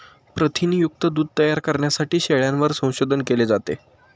प्रथिनयुक्त दूध तयार करण्यासाठी शेळ्यांवर संशोधन केले जाते